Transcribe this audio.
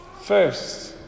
First